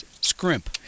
scrimp